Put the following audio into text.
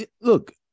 Look